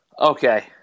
Okay